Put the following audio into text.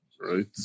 right